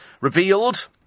Revealed